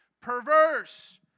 perverse